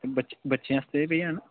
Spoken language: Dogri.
ऐं बच्चें आस्तै बी हैन